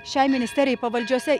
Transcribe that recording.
šiai ministerijai pavaldžiose